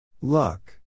Luck